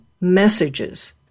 messages